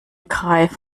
greif